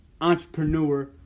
entrepreneur